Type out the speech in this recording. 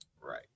Right